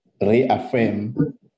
reaffirm